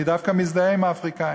אני דווקא מזדהה עם האפריקנים.